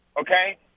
Okay